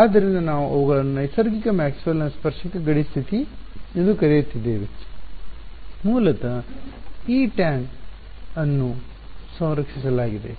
ಆದ್ದರಿಂದ ನಾವು ಅವುಗಳನ್ನು ನೈಸರ್ಗಿಕ ಮ್ಯಾಕ್ಸ್ವೆಲ್ನ ಸ್ಪರ್ಶಕ ಗಡಿ ಸ್ಥಿತಿ Maxwell's tangential boundary ಎಂದು ಕರೆಯುತ್ತಿದ್ದೇವೆ ಮೂಲತಃ E tan ಅನ್ನು ಸಂರಕ್ಷಿಸಲಾಗಿದೆ